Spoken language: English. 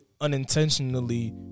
unintentionally